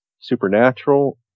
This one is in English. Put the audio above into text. supernatural